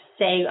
say